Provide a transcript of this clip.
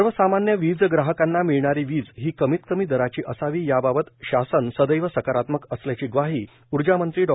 सर्वसामान्य वीज ग्राहकांना मिळणारी वीज ही कमीत कमी दराची असावी याबाबत शासन सदैव सकारात्मक असल्याची ग्वाही ऊर्जामंत्री डॉ